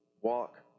walk